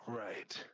right